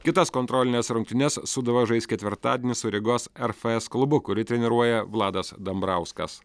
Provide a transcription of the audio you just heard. kitas kontrolines rungtynes sūduva žais ketvirtadienį su rygos rfs klubu kurį treniruoja vladas dambrauskas